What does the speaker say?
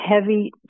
heavy